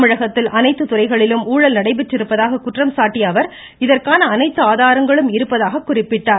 தமிழகத்தில் அனைத்து துறைகளிலும் ஊழல் நடைபெற்றதாக குற்றம் சாட்டிய அவர் இதற்கான அனைத்து ஆதாரங்களும் இருப்பதாக குறிப்பிட்டார்